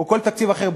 או כל תקציב אחר,